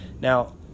Now